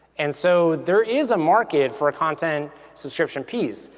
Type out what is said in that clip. and so there is a market for a content subscription piece.